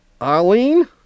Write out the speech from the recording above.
Arlene